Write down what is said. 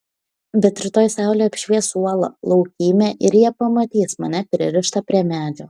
bet rytoj saulė apšvies uolą laukymę ir jie pamatys mane pririštą prie medžio